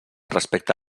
respecte